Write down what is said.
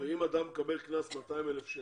- ואם אדם מקבל קנס בסך 200,000 שקלים,